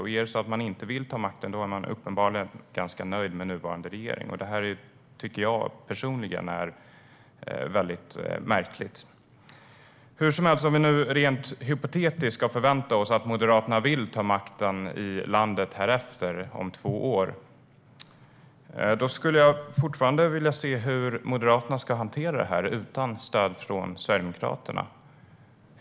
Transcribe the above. Är det så att man inte vill ta makten är man uppenbarligen ganska nöjd med nuvarande regering, och det tycker jag personligen är väldigt märkligt. Hur som helst! Om vi nu rent hypotetiskt ska förvänta oss att Moderaterna vill ta makten i landet härefter - om två år - skulle jag fortfarande vilja se hur Moderaterna ska hantera detta utan stöd från Sverigedemokraterna.